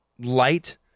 light